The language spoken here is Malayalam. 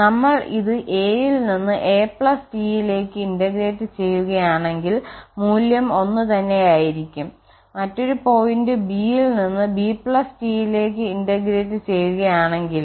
നമ്മൾ ഇത് a യിൽ നിന്ന് a T യിലേക്ക് ഇന്റഗ്രേറ്റ് ചെയ്യുകയാണെങ്കിൽ മൂല്യം ഒന്നുതന്നെയായിരിക്കും മറ്റൊരു പോയിന്റ് b യിൽ നിന്ന് b T യിലേക്ക് ഇന്റഗ്രേറ്റ് ചെയ്യുകയാണെങ്കിലും